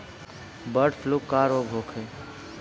Bird flu का रोग होखे?